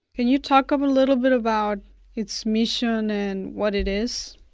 can you talk of a little bit about its mission and what it is?